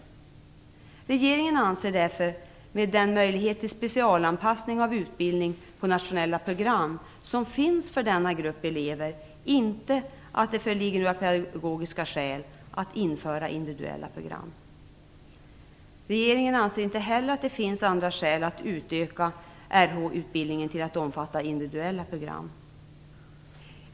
Regeringen anser därför, med den möjlighet till specialanpassning av utbildning på nationella program som finns för denna grupp elever, inte att det föreligger några pedagogiska skäl att införa individuella program. Regeringen anser inte heller att det finns andra skäl att utöka Rh-utbildningen till att omfatta individuella program.